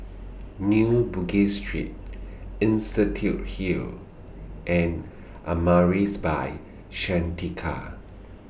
New Bugis Street Institute Hill and Amaris By Santika